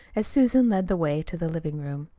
as susan led the way to the living-room.